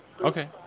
Okay